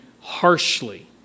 harshly